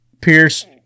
Pierce